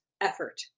effort